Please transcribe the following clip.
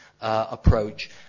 approach